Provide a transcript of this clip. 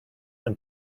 and